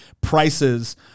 prices